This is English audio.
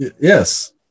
Yes